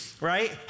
right